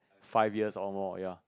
five years or more ya